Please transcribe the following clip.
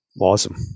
Awesome